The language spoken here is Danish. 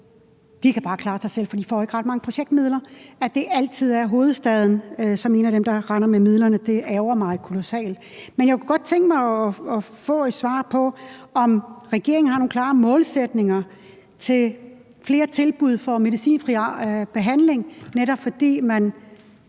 kan bare klare sig selv, for de får ikke ret mange projektmidler. At det altid er hovedstaden, der render med midlerne, ærgrer mig kolossalt. Jeg kunne godt tænke mig at få et svar på, om regeringen har nogle klare målsætninger om flere tilbud om medicinfri behandling, netop fordi man